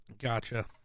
Gotcha